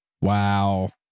Wow